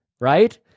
right